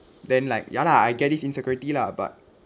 then like ya lah I get this insecurity lah but